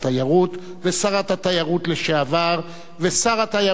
ושרת התיירות לשעבר ושר התיירות לשעבר,